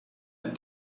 and